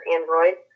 Android